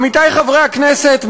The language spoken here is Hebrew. עמיתי חברי הכנסת,